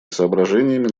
соображениями